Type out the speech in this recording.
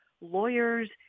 lawyers